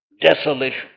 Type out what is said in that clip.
Desolation